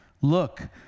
Look